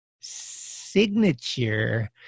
signature